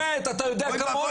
אבל זאת האמת, אתה יודע כמוני.